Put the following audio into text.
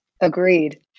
Agreed